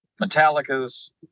Metallica's